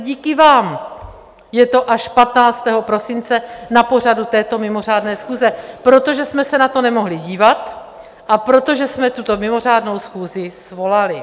Díky vám je to až 15. prosince na pořadu této mimořádné schůze, protože jsme se na to nemohli dívat a protože jsme tuto mimořádnou schůzi svolali.